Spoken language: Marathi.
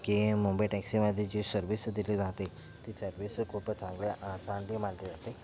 की मुंबई टॅक्सीमध्ये जी सर्विस दिली जाते ती सर्विस खूप चांगल्या चांगली मानली जाते